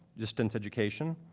distance education,